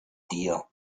dir